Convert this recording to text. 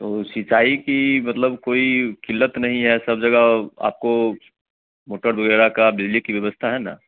तो सिंचाई की मतलब कोई किल्लत नहीं है सब जगह आपको मोटर वगैरह का बिजली की व्यवस्था है न